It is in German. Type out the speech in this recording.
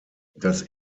das